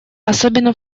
особенно